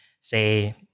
say